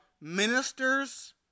ministers